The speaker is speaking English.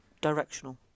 directional